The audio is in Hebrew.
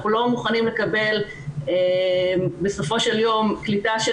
אנחנו לא מוכנים לקבל בסופו של יום קליטה של